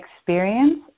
experience